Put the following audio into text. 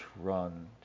run